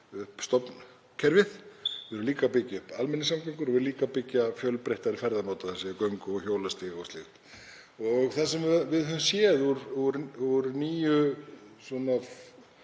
upp stofnkerfið, við erum að byggja upp almenningssamgöngur og við erum líka að byggja upp fjölbreyttari ferðamáta, þ.e. göngu- og hjólastíga og slíkt. Það sem við höfum séð úr nýju